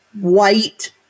white